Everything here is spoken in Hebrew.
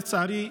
לצערי,